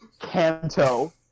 Canto